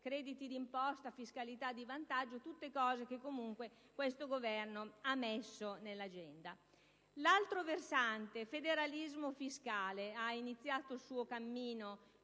crediti d'imposta, fiscalità di vantaggio: tutte cose che comunque questo Governo ha messo in agenda. L'altro versante, il federalismo fiscale, ha iniziato il suo cammino